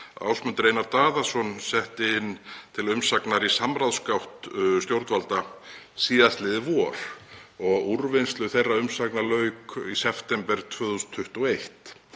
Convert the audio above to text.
Ásmundur Einar Daðason, setti inn til umsagnar í samráðsgátt stjórnvalda síðastliðið vor. Úrvinnslu þeirra umsagna lauk í september 2021.